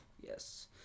Yes